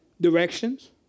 Directions